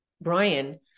Brian